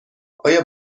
آیا